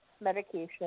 medication